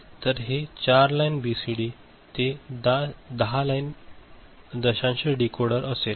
तर हे 4 line BCD ते 10 लाइन दशांश डीकोडर असेल